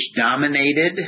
dominated